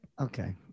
Okay